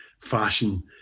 fashion